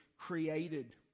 created